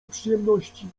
przyjemności